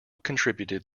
contributed